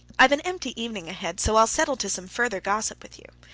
i've an empty evening ahead, so i'll settle to some further gossip with you.